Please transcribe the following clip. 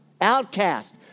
Outcast